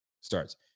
starts